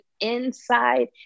inside